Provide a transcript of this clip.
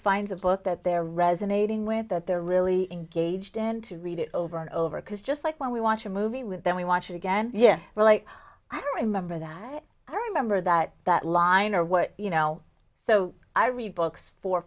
finds a book that they're resonating with that they're really engaged in to read it over and over because just like when we watch a movie with them we watch it again yeah we're like i don't remember that i remember that that line or what you know so i read books for